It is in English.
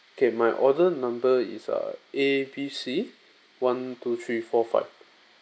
okay my order number is err A B C one two three four five